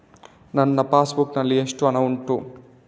ನನ್ನ passbook ನಲ್ಲಿ ಎಷ್ಟು ಹಣ ಉಂಟು?